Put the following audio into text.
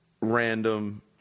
random